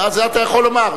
את זה אתה יכול לומר.